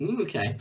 okay